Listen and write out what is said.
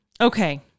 Okay